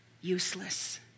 useless